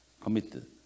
Committed